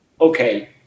okay